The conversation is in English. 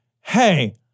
Hey